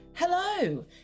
Hello